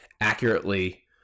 accurately